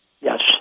Yes